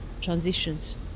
transitions